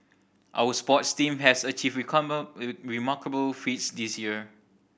our sports team has achieved remarkable feats this year